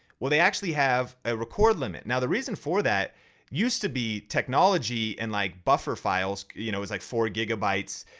well, they actually have a record limit. now the reason for that used to be technology and like buffer files, you know is like four gigabytes,